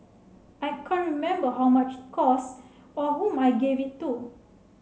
I can't remember how much it cost or whom I gave it to